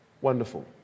Wonderful